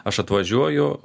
aš atvažiuoju